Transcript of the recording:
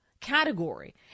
category